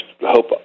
hope